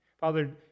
Father